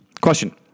Question